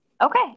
Okay